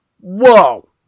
Whoa